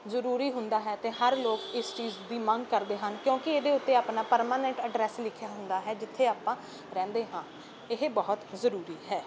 ਜ਼ਰੂਰੀ ਹੁੰਦਾ ਹੈ ਅਤੇ ਹਰ ਲੋਕ ਇਸ ਚੀਜ਼ ਦੀ ਮੰਗ ਕਰਦੇ ਹਨ ਕਿਉਂਕਿ ਇਹਦੇ ਉੱਤੇ ਆਪਣਾ ਪਰਮਾਨੈਂਟ ਐਡਰੈਸ ਲਿਖਿਆ ਹੁੰਦਾ ਹੈ ਜਿੱਥੇ ਆਪਾਂ ਰਹਿੰਦੇ ਹਾਂ ਇਹ ਬਹੁਤ ਜ਼ਰੂਰੀ ਹੈ